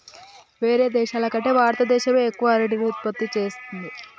వేరే దేశాల కంటే భారత దేశమే ఎక్కువ అరటిని ఉత్పత్తి చేస్తంది